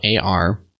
AR